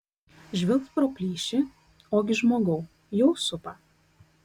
žvilgt pro plyšį ogi žmogau jau supa